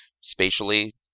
spatially